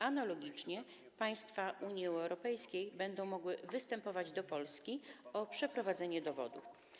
Analogicznie państwa Unii Europejskiej będą mogły występować do Polski o przeprowadzenie dowodu.